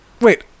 Wait